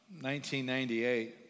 1998